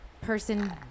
person